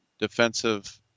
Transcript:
defensive